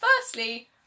Firstly